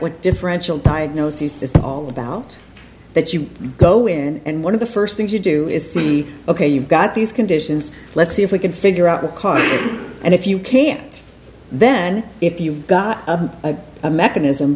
what differential diagnoses is all about that you go in and one of the first things you do is see ok you've got these conditions let's see if we can figure out the cause and if you can't then if you've got a mechanism